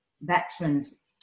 veterans